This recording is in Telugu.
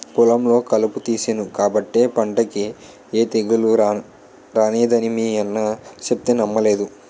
పొలంలో కలుపు తీసేను కాబట్టే పంటకి ఏ తెగులూ రానేదని మీ అన్న సెప్తే నమ్మలేదు